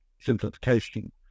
simplification